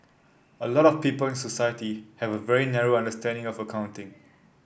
a lot of people in society have a very narrow understanding of accounting